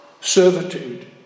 servitude